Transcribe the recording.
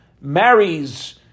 marries